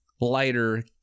lighter